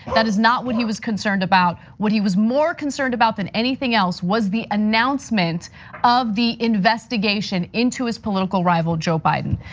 that is not what he was concerned about. what he was more concerned about than anything else was the announcement of the investigation into his political rival, joe biden.